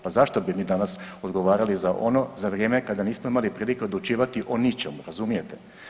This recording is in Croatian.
Pa zašto bi mi danas odgovarali za ono za vrijeme kada nismo imali prilike odlučivati o ničemu, razumijete?